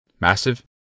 Massive